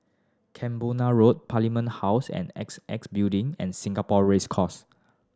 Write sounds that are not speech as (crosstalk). Camborna Road Parliament House and (unintelligible) Building and Singapore Race Course